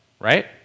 Right